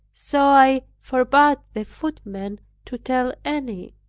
so i forbade the footman to tell any.